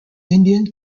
indian